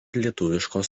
lietuviškos